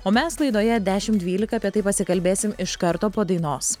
o mes laidoje dešimt dvylika apie tai pasikalbėsim iš karto po dainos